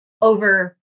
over